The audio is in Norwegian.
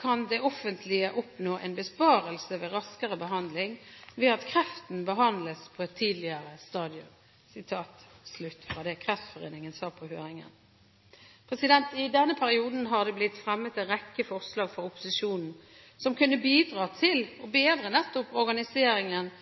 kan det offentlige oppnå en besparelse ved raskere behandling ved at kreften behandles på et tidligere stadium.» I denne perioden har det blitt fremmet en rekke forslag fra opposisjonen som kunne bidratt til å bedre nettopp organiseringen,